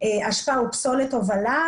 אשפה ופסולת הובלה,